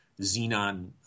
xenon